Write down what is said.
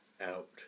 out